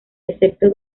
excepto